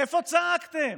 איפה צעקתם?